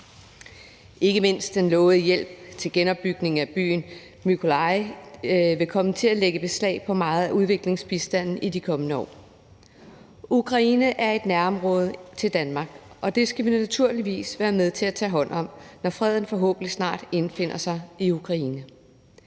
Ikke mindst den lovede hjælp til genopbygningen af byen Mykolaiv vil komme til at lægge beslag på meget af udviklingsbistanden i de kommende år. Ukraine er et nærområde til Danmark, og det skal vi naturligvis være med til at tage hånd om, når freden forhåbentlig snart indfinder sig i Ukraine.